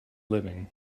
living